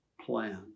plan